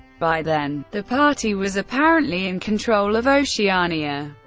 by then, the party was apparently in control of oceania.